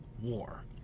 war